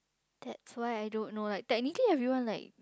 that's why I don't know like technically everyone like